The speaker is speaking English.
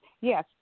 yes